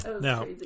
Now